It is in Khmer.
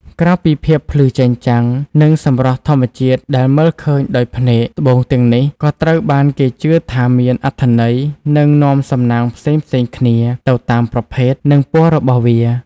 ក្រៅពីភាពភ្លឺចែងចាំង និងសម្រស់ធម្មជាតិដែលមើលឃើញដោយភ្នែក ត្បូងទាំងនេះក៏ត្រូវបានគេជឿថាមាន អត្ថន័យ និងនាំសំណាងផ្សេងៗគ្នា ទៅតាមប្រភេទ និងពណ៌របស់វា។